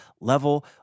level